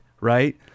right